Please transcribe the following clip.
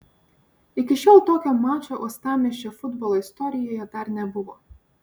iki šiol tokio mačo uostamiesčio futbolo istorijoje dar nebuvo